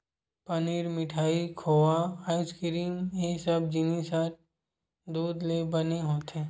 पनीर, मिठाई, खोवा, आइसकिरिम ए सब जिनिस ह दूद ले बने होथे